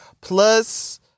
Plus